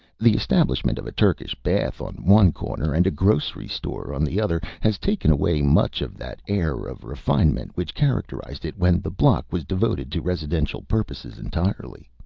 the establishment of a turkish bath on one corner and a grocery-store on the other has taken away much of that air of refinement which characterized it when the block was devoted to residential purposes entirely.